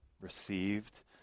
received